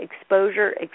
exposure